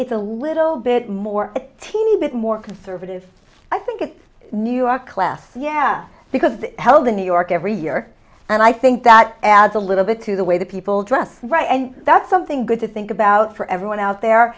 it's a little bit more a teeny bit more conservative i think it's new york less yeah because it held in new york every year and i think that adds a little bit to the way that people dress right and that's something good to think about for everyone out there